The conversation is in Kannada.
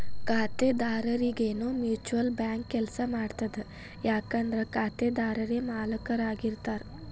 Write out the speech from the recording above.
ಖಾತೆದಾರರರಿಗೆನೇ ಮ್ಯೂಚುಯಲ್ ಬ್ಯಾಂಕ್ ಕೆಲ್ಸ ಮಾಡ್ತದ ಯಾಕಂದ್ರ ಖಾತೆದಾರರೇ ಮಾಲೇಕರಾಗಿರ್ತಾರ